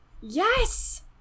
yes